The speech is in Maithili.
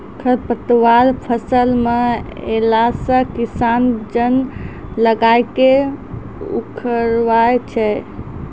खरपतवार फसल मे अैला से किसान जन लगाय के उखड़बाय छै